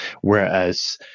whereas